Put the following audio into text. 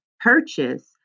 purchase